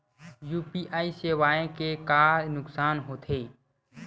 UPI सेवाएं के का नुकसान हो थे?